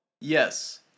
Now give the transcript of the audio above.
yes